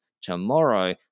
tomorrow